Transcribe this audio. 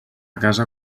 casa